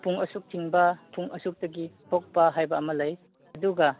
ꯄꯨꯡ ꯑꯁꯨꯛ ꯆꯪꯕ ꯄꯨꯡ ꯑꯁꯨꯛꯇꯒꯤ ꯇꯣꯛꯄ ꯍꯥꯏꯕ ꯑꯃ ꯂꯩ ꯑꯗꯨꯒ